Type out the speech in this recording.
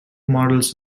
models